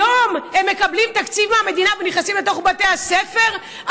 היום הם מקבלים תקציב מהמדינה ונכנסים לתוך בתי הספר?